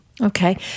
Okay